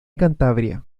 cantabria